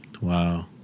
Wow